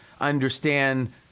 understand